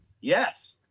Yes